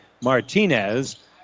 Martinez